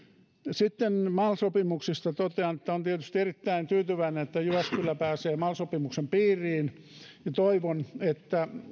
sitten mal sopimuksista totean että olen tietysti erittäin tyytyväinen että jyväskylä pääsee mal sopimuksen piiriin ja toivon että